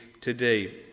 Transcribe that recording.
today